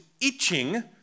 itching